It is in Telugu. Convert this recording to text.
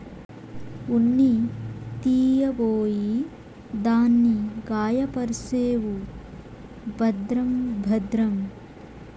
ఉన్ని తీయబోయి దాన్ని గాయపర్సేవు భద్రం భద్రం